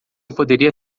poderia